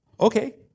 okay